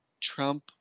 Trump